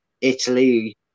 Italy